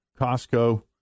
Costco